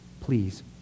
Please